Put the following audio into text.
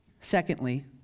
Secondly